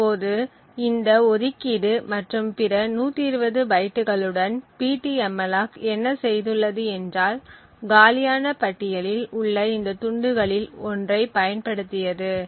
இப்போது இந்த ஒதுக்கீடு மற்றும் பிற 120 பைட்டுகளுடன் ptmalloc என்ன செய்துள்ளது என்றால் காலியான பட்டியலில் உள்ள இந்த துண்டுகளில் ஒன்றைப் பயன்படுத்தியது